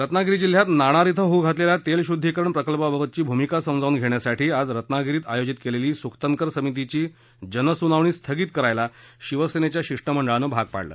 रत्नागिरी जिल्ह्यात नाणार इथं होऊ घातलेल्या तेलशुद्धीकरण प्रकल्पाबाबतची भूमिका समजावून घेण्यासाठी आज रत्नागिरीत आयोजित केलेली सुकथनकर समितीची जनसुनावणी स्थगित करायला शिवसेनेच्या शिष्टमंडळानं भाग पाडलं